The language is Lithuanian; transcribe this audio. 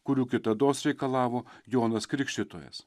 kurių kitados reikalavo jonas krikštytojas